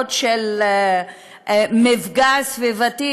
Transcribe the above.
ההצהרות של מפגע סביבתי,